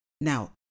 Now